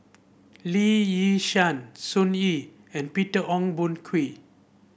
Lee Yi Shyan Sun Yee and Peter Ong Boon Kwee